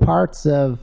parts of